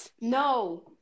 No